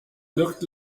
looked